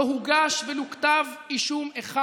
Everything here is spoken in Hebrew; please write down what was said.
לא הוגש ולו כתב אישום אחד.